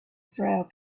frail